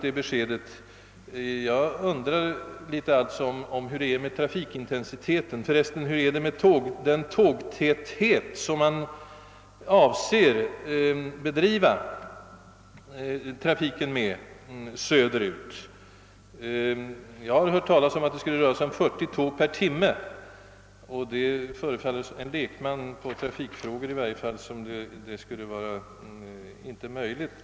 — Det är väl ingen som egentligen överväger denna möjlighet. har hört sägas att det vid rusningstid skulle komma att röra sig om 40 tåg per timme. Det förefaller i varje fall en lekman i trafikfrågor inte vara praktiskt möjligt med en sådan tågtäthet söder om Centralen.